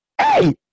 Hey